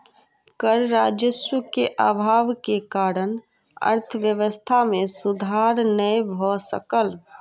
कर राजस्व के अभाव के कारण अर्थव्यवस्था मे सुधार नै भ सकल